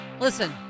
Listen